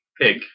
pig